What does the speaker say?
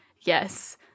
yes